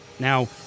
Now